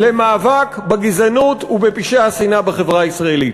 למאבק בגזענות ובפשעי השנאה בחברה הישראלית.